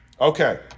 Okay